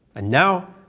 and now,